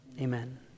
Amen